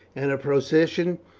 and a procession,